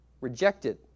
rejected